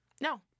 No